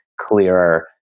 clearer